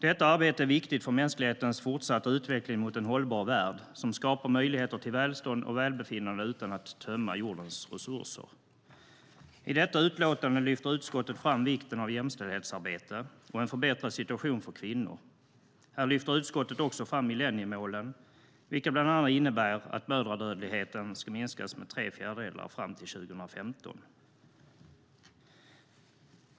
Detta arbete är viktigt för mänsklighetens fortsatta utveckling mot en hållbar värld som skapar möjligheter till välstånd och välbefinnande utan att tömma jordens resurser. I detta utlåtande lyfter utskottet fram vikten av jämställdhetsarbete och en förbättrad situation för kvinnor. Utskottet lyfter också fram millenniemålen, bland annat att mödradödligheten ska minskas med tre fjärdedelar fram till 2015.